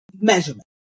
measurement